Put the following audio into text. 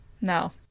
No